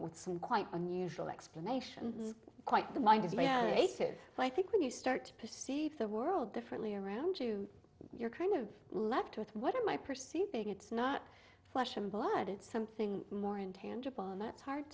with some quite unusual explanation quite the mind of a sieve so i think when you start to perceive the world differently around you you're kind of left with what are my perceiving it's not flesh and blood it's something more intangible and that's hard